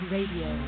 Radio